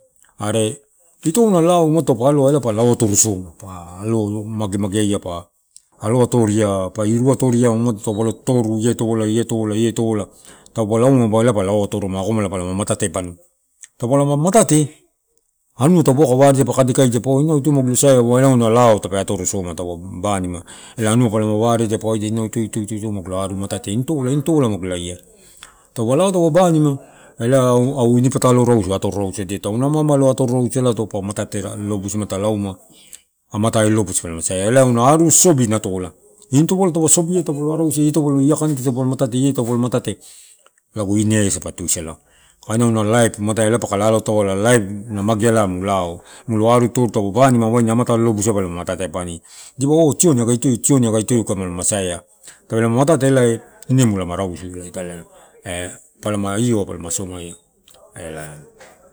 Are ito ena lao ma taupa aloa ela pa lao atorosoma pa alo maga maga aia pa, alotoria pa iru atoria ma taupalo totoruai ia topola, ia topola, topola laumaba ela pa lau atoroma akomala pa matate banu. Taupa mala matate, auna taupe kae waare, kadekaidia, paua ina ito magu lo saia, ua ine auna lao tape atorossoma taupe banima, lanua mapalama waredia inau itu, itu, itu, itu magu laia matate tobola ei tobola mogolaia taupe lao, taupe banima a lau ini patalo rausu atoro somadia to, ana anamalo atoro salato. Pa matate la lo busuma pa lauma amata lobus saia. Auna aru sosobi nutola, intobola sobi taupe lo aruusu tobola kantri taupalo matati tobola matate. Lagu ineni asape tusala, kaina aunu laip muatae mapaka lalau tapula laip na mageala mu lao, mulu aru totoru waini amata lolobusuai mula ma matate bani. Dipa tiuni agai ti tiuni agai ti ka are ramasait. Tara la matate lae inimu la rausu italae ioai e palama io palama somaia ela.